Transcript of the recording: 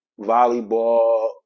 volleyball